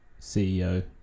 CEO